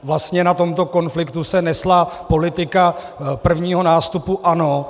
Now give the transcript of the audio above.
Vlastně na tomto konfliktu se nesla politika prvního nástupu ANO.